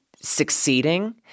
succeeding